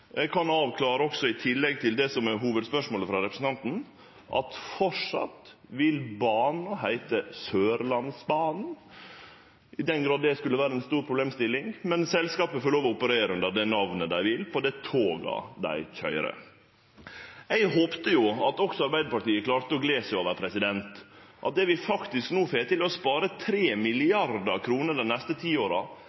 Eg kan også avklare, i tillegg til det som er hovudspørsmålet frå representanten, at banen framleis vil heite Sørlandsbanen – i den grad det skulle vere ei stor problemstilling. Men selskapet får lov til å operere under det namnet dei vil på dei toga dei køyrer. Eg håpte at også Arbeidarpartiet klarte å gle seg over at vi no faktisk får til å spare